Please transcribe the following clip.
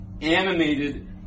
animated